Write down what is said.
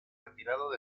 retirado